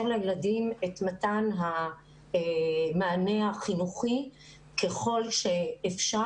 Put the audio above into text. לילדים את מתן המענה החינוכי ככל שאפשר,